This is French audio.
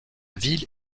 ville